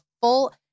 full